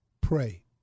pray